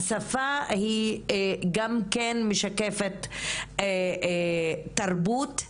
השפה משקפת תרבות,